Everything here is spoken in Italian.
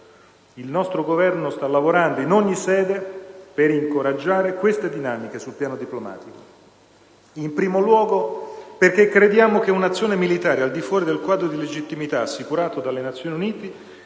Il nostro Governo sta lavorando, in ogni sede per incoraggiare queste dinamiche sul piano diplomatico, in primo luogo perché crediamo che un'azione militare al di fuori del quadro di legittimità assicurato dalle Nazioni Unite